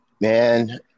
Man